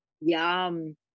Yum